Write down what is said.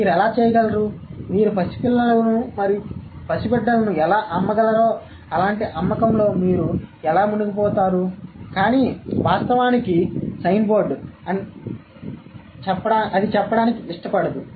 మీరు ఎలా చేయగలరు మీరు పిల్లలను మరియు పసిబిడ్డలను ఎలా అమ్మగలరో అలాంటి అమ్మకంలో మీరు ఎలా మునిగిపోతారు కానీ వాస్తవానికి సైన్ బోర్డు అని చెప్పడానికి ఇష్టపడదు